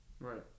Right